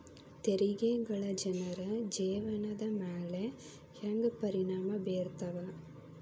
ತೆರಿಗೆಗಳ ಜನರ ಜೇವನದ ಮ್ಯಾಲೆ ಹೆಂಗ ಪರಿಣಾಮ ಬೇರ್ತವ